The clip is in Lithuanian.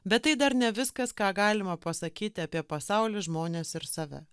bet tai dar ne viskas ką galima pasakyti apie pasaulį žmones ir save